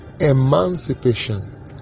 emancipation